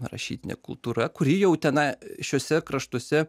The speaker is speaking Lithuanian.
rašytinė kultūra kuri jau tenai šiuose kraštuose